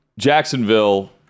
Jacksonville